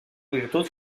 virtut